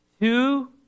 Two